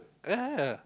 yeah yeah yeah